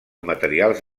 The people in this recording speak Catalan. materials